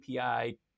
API